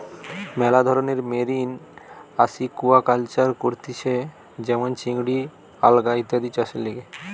মেলা ধরণের marine aquaculture করতিছে যেমন চিংড়ি, আলগা ইত্যাদি চাষের লিগে